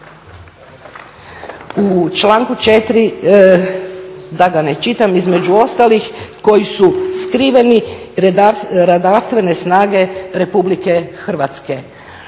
u članku 4. da ga ne čitam između ostalih koji su skriveni redarstvene snage Republike Hrvatske.